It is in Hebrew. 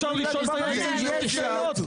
--- לשאול את היועץ המשפטי שאלות?